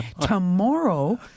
Tomorrow